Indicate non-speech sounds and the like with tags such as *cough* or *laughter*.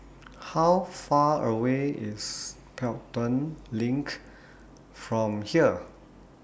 *noise* How Far away IS Pelton LINK from here